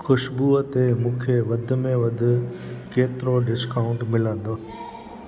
खुशबूअ ते मूंखे वधि में वधि केतिरो डिस्काउंट मिलंदो